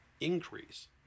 increase